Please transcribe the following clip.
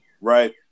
right